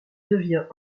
devient